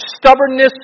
stubbornness